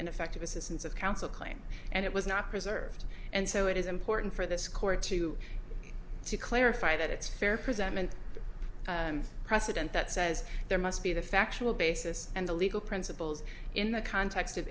ineffective assistance of counsel claim and it was not preserved and so it is important for this court to clarify that it's fair presentment precedent that says there must be the factual basis and the legal principles in the context of